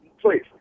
Please